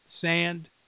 sand